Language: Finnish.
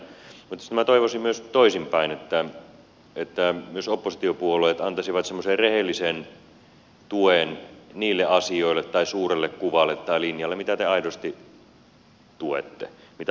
mutta sitten minä toivoisin myös toisin päin että oppositiopuolueet antaisivat semmoisen rehellisen tuen niille asioille tai sille suurelle kuvalle tai linjalle mitä te aidosti tuette mitä hallitus on tehnyt